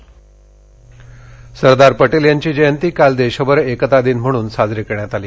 एकता दौड सरदार पटेल यांची जयंती काल देशभर एकता दिन म्हणून साजरी करण्यात आली